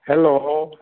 hello